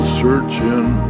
searching